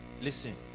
Listen